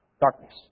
darkness